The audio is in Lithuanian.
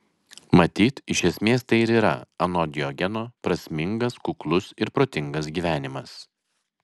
matyt iš esmės tai ir yra anot diogeno prasmingas kuklus ir protingas gyvenimas